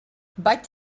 vaig